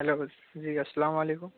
hello بس جی السلام علیکم